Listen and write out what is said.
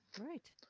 Right